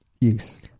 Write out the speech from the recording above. yes